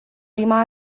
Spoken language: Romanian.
prima